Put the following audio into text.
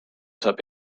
saab